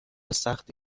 سختی